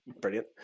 brilliant